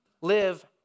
live